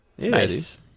nice